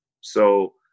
So-